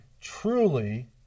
truly